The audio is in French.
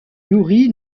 youri